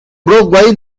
broadway